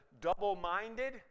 double-minded